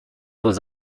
was